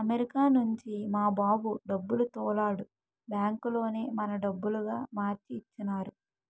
America నుంచి మా బాబు డబ్బులు తోలాడు బ్యాంకులోనే మన డబ్బులుగా మార్చి ఇచ్చినారు